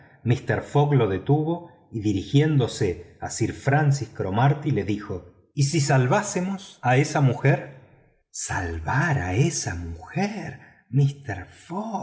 mister fogg lo detuvo y dirigiéndose a sir francis cromarty le dijo y si salvásemos a esa mujer salvar a esa mujer